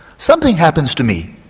something happens to me.